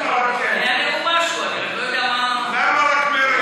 היה נאום משהו, אני רק לא יודע מה, למה רק מרצ,